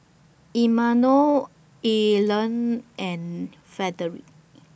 Imanol Arlen and Frederick